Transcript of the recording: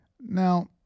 Now